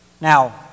Now